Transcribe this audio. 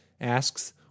asks